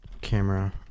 camera